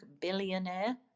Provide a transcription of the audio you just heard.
billionaire